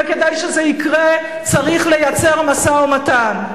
כדי שזה יקרה צריך לייצר משא-ומתן.